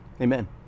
amen